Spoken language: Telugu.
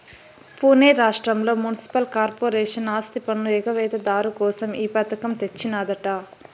పునే రాష్ట్రంల మున్సిపల్ కార్పొరేషన్ ఆస్తిపన్ను ఎగవేత దారు కోసం ఈ పథకం తెచ్చినాదట